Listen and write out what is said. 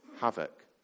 havoc